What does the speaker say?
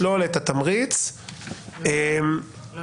בסופו של דבר לשלול את התמריץ לא לשלם.